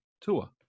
Tua